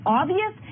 obvious